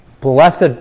blessed